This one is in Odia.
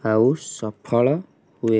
ଆଉ ସଫଳ ହୁଏ